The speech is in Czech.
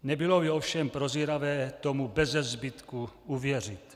Nebylo by ovšem prozíravé tomu bezezbytku uvěřit.